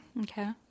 Okay